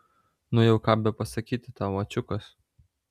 nu jau ką bepasakyti tau ačiukas